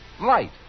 light